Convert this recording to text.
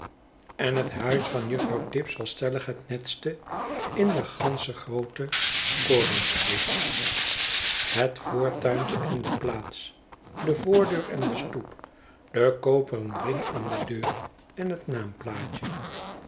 en het huis van juffrouw tibbs was stellig het netste in de gansche groote coramstraat het voortuintje en de plaats de voordeur en de stoep de koperen ring aan de deur en het